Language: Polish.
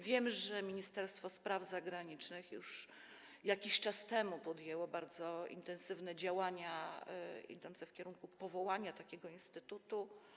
Wiem, że Ministerstwo Spraw Zagranicznych już jakiś czas temu podjęło bardzo intensywne działania idące w kierunku powołania takiego instytutu.